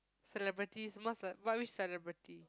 celebrities a what which celebrity